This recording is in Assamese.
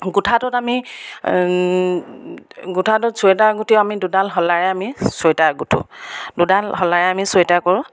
গোঁঠাটোত আমি গোঁঠাটোত চুৱেটাৰ গোঁঠিও আমি দুডাল শলাৰে আমি চুৱেটাৰ গোঁঠোঁ দুডাল শলাৰে আমি চুৱেটাৰ কৰোঁ